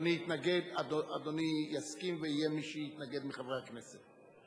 אדוני יסכים ויהיה מי שיתנגד מחברי הכנסת.